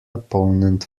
opponent